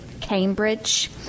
Cambridge